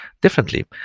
differently